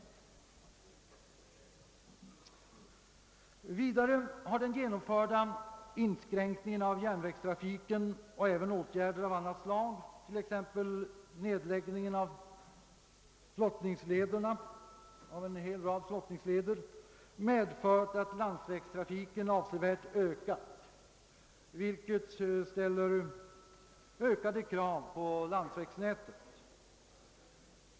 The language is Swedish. Vidare har den genomförda inskränkningen av järnvägstrafiken och även åtgärder av annat slag — t.ex. nedläggningen av en hel rad flottningsleder — medfört att landsvägstrafiken har ökat avsevärt, vilket ställer ökade krav på landsvägsnätet.